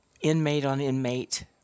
inmate-on-inmate